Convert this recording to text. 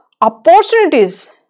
opportunities